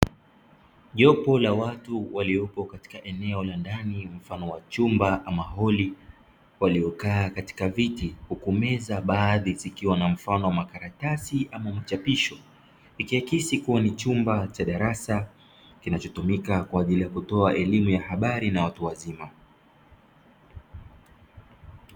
Jopo la watu waliopo katika eneo la ndani mfano wa chumba ama holi, waliokaa katika viti huku meza baadhi zikiwa na mfano wa karatasi ama mchapisho, ikiakisi kuwa ni chumba cha darasa kinachotumika kwa ajili ya kutoa elimu ya habari na watu wazima.